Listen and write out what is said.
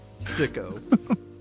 Sicko